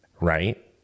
Right